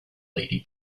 lady